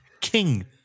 King